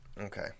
Okay